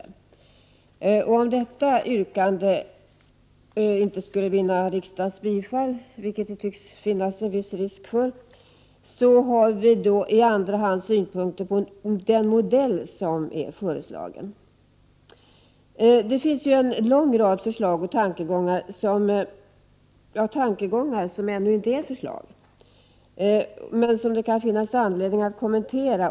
För den händelse att detta yrkande inte skulle vinna riksdagens bifall, vilket det tydligen finns en viss risk för, har vi i andra hand synpunkter på den modell som är föreslagen. Det finns ju en lång rad förslag och tankegångar som ännu inte är färdiga men som det kan finnas anledning att kommentera.